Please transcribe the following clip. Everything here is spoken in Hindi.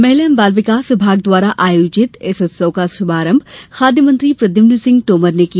महिला एवं बाल विकास विभाग द्वारा आयोजित इस उत्सव का शुभारंभ खाद्य मंत्री प्रद्युमन सिंह तोमर ने किया